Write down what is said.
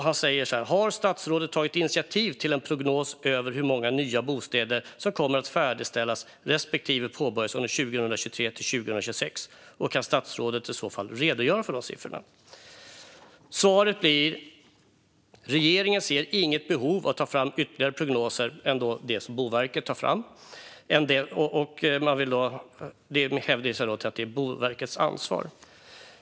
Han säger: Har statsrådet tagit initiativ till en prognos över hur många nya bostäder som kommer att färdigställas respektive påbörjas under 2023-2026? Och kan statsrådet i så fall redogöra för siffrorna? Svaret blir: Regeringen ser inget behov av att ta fram ytterligare prognoser än dem som Boverket tar fram. Regeringen hänvisar alltså till att det är Boverkets ansvar.